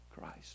Christ